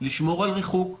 לשמור על ריחוק,